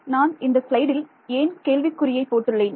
நான் இந்த ஸ்லைடில் ஏன் கேள்விக்குறியை போட்டுள்ளேன்